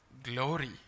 glory